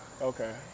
okay